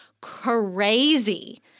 crazy